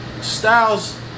Styles